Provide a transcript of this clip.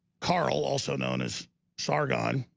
carl also known as sargon